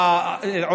הנחלים האלה,